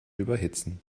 überhitzen